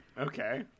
Okay